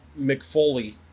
McFoley